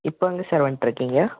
இப்போ எங்கள் சார் வந்துட்டு இருக்கீங்க